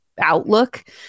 outlook